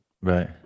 right